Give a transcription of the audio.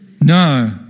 No